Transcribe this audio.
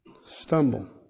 stumble